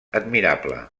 admirable